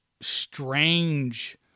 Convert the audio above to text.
strange